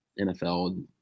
NFL